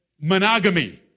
monogamy